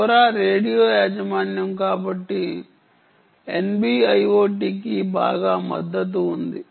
LoRa radio యాజమాన్యం కాబట్టి NB IoT కి బాగా మద్దతు ఉంది